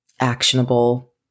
actionable